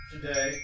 today